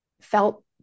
felt